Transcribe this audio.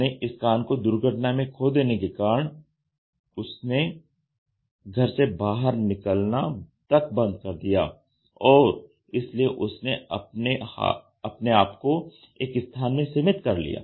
अपने इस कान को दुर्घटना में खो देने के कारण उसने घर से बाहर निकलना तक बंद कर दिया और इसलिए उसने अपने आप को एक स्थान में सीमित कर लिया